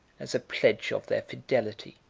as a pledge of their fidelity.